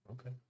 Okay